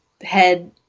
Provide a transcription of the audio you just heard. head